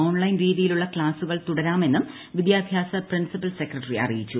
online രീതിയിലുള്ള ക്സാസ്സുകൾ തുടരാമെന്നും വിദ്യാഭ്യാസ പ്രിൻസിപ്പൽ സെക്രട്ടറി അറിയിച്ചു